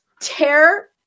tear